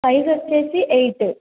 size వచ్చేసి eight